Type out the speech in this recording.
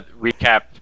recap